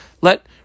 let